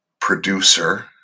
producer